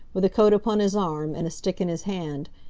with a coat upon his arm and a stick in his hand,